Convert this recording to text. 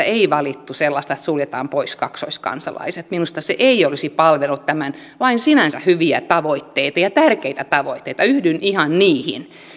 ei valittu sellaista että suljetaan pois kaksoiskansalaiset minusta se ei olisi palvellut tämän lain sinänsä hyviä tavoitteita ja tärkeitä tavoitteita yhdyn ihan niihin